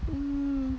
mm